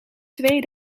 twee